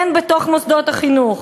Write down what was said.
כן, בתוך מוסדות החינוך.